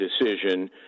decision